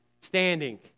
standing